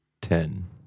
Ten